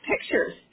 pictures